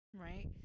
right